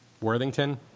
Worthington